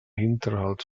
hinterhalt